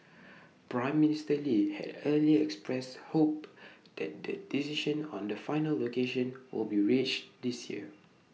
Prime Minister lee had earlier expressed hope that the decision on the final location will be reached this year